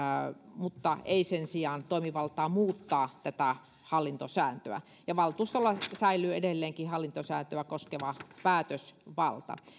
mutta ei sen sijaan toimivaltaa muuttaa hallintosääntöä valtuustolla säilyy edelleenkin hallintosääntöä koskeva päätösvalta